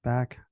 Back